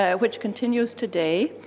ah which continues today.